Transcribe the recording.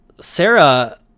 Sarah